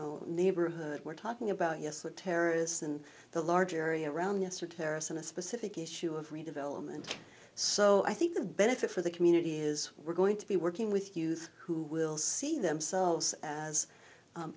know neighborhood we're talking about yes the terrorists and the large area around us are terrorists in a specific issue of redevelopment so i think the benefit for the community is we're going to be working with youth who will see themselves as